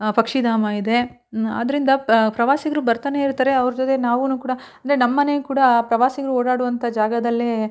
ಪಕ್ಷಿಧಾಮ ಇದೆ ಆದ್ದರಿಂದ ಪ್ರವಾಸಿಗರು ಬರ್ತಾನೆ ಇರ್ತಾರೆ ಅವ್ರ ಜೊತೆ ನಾವೂ ಕೂಡ ಅಂದರೆ ನಮ್ಮನೆ ಕೂಡಾ ಪ್ರವಾಸಿಗರು ಓಡಾಡುವಂಥ ಜಾಗದಲ್ಲೇ